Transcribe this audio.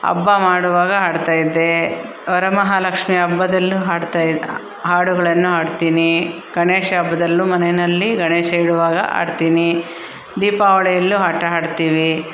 ಹಬ್ಬ ಮಾಡುವಾಗ ಹಾಡ್ತಾಯಿದ್ದೇ ವರಮಹಾಲಕ್ಷ್ಮೀ ಹಬ್ಬದಲ್ಲೂ ಹಾಡ್ತಾ ಇ ಹಾಡುಗಳನ್ನು ಹಾಡ್ತೀನಿ ಗಣೇಶ ಹಬ್ದಲ್ಲೂ ಮನೇಯಲ್ಲಿ ಗಣೇಶ ಇಡುವಾಗ ಹಾಡ್ತೀನಿ ದೀಪಾವಳಿಯಲ್ಲೂ ಆಟ ಆಡ್ತೀವಿ